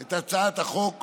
את הצעת חוק